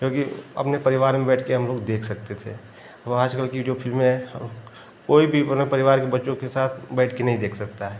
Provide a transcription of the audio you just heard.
क्योंकि अपने परिवार में बैठ कर हम लोग देख सकते थे अब आजकल की जो फिल्में हैं कोई भी अपने परिवार के बच्चों के साथ बैठ कर नहीं देख सकता है